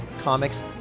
comics